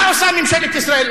מה עושה ממשלת ישראל?